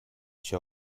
się